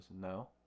No